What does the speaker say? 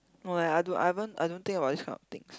no lah I don't I haven't I don't think about this kind of things